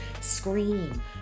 scream